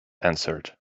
answered